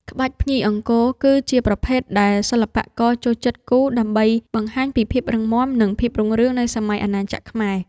ក្បាច់ភ្ញីអង្គរ ក៏ជាប្រភេទដែលសិល្បករចូលចិត្តគូរ ដើម្បីបង្ហាញពីភាពរឹងមាំ និងភាពរុងរឿងនៃសម័យអាណាចក្រខ្មែរ។